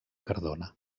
cardona